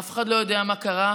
אף אחד לא יודע מה קרה,